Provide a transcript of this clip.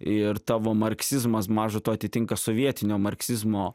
ir tavo marksizmas maža to atitinka sovietinio marksizmo